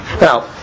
Now